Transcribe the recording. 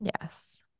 Yes